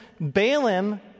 Balaam